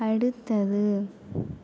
அடுத்தது